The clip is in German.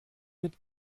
mit